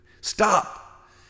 stop